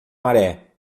maré